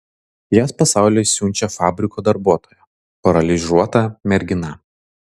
jas pasauliui siunčia fabriko darbuotoja paralyžiuota mergina